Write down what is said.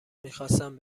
میخواستم